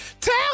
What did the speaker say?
tell